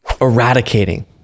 Eradicating